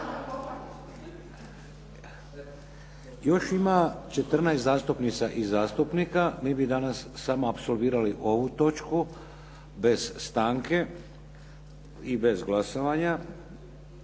Još ima 14 zastupnica i zastupnika. Mi bi danas samo apsolvirali ovu točku bez stanke i bez glasovanja